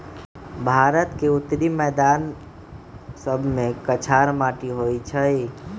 भारत के उत्तरी मैदान सभमें कछार माटि होइ छइ